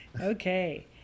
Okay